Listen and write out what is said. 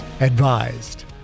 advised